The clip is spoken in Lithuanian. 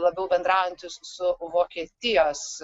labiau bendraujantys su vokietijos